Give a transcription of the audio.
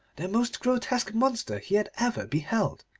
the most grotesque monster he had ever beheld.